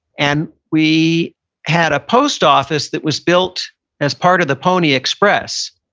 and we had a post office that was built as part of the pony express.